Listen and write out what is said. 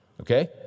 okay